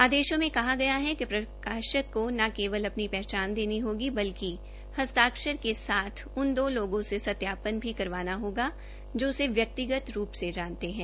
आदेशों में कहा गया है कि प्रकाशक को न केवल अपनी पहचान देनी होगी बल्कि हस्ताक्षर के साथ उन दो लोगों से सत्यापन भी कराना होगा जो उसे व्यक्तिगत रूप से जानते हो